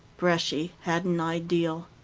bresci had an ideal.